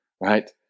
right